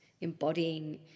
embodying